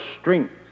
strength